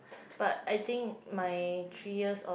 but I think my three years of